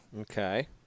okay